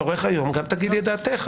תגידי את דבריך.